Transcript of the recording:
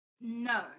no